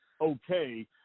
okay